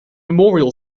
memorial